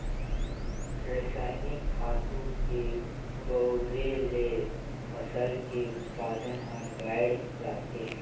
रसायनिक खातू के बउरे ले फसल के उत्पादन हर बायड़ जाथे